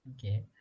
Okay